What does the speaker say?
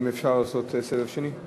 אם אפשר לעשות סבב שני.